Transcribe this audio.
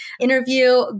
interview